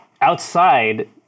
Outside